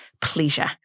pleasure